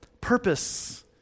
purpose